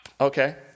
Okay